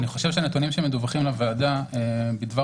אני חושב שהנתונים שמדווחים לוועדה בדבר